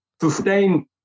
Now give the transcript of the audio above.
sustain